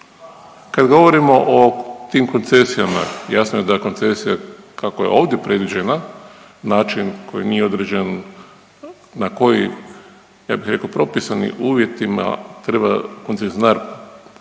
Kad govorimo o tim koncesijama, jasno je da je koncesija, kako je ovdje predviđena, način koji nije određen na koji ja bih rekao propisanim uvjetima treba koncesionar dati